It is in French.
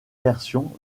versions